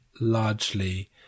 largely